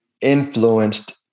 Influenced